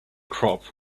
crop